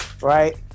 right